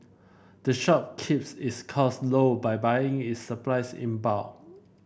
the shop keeps its costs low by buying its supplies in bulk